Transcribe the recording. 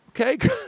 okay